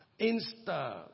Insta